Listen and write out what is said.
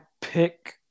pick